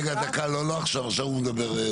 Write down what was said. רגע, לא עכשיו, עכשיו הוא מדבר.